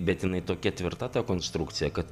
bet jinai tokia tvirta ta konstrukcija kad